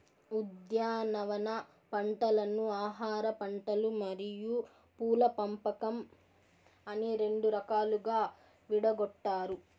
ఉద్యానవన పంటలను ఆహారపంటలు మరియు పూల పంపకం అని రెండు రకాలుగా విడగొట్టారు